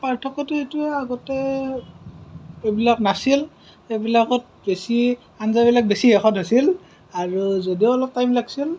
এই পাৰ্থক্যটো এইটোৱেই আগতে এইবিলাক নাছিল এইবিলাকত বেছি আঞ্জাবিলাক বেছিহে সোৱাদ হৈছিল আৰু যদিও অলপ টাইম লাগিছিল